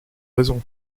raisons